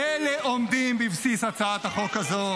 אלה עומדים בבסיס הצעת החוק הזאת.